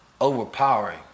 overpowering